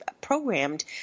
programmed